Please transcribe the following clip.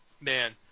man